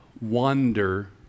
wonder